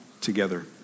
together